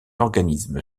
organisme